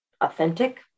authentic